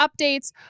updates